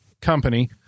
company